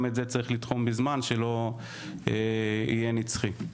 גם את זה צריך לתחום בזמן שלא יהיה נצחי.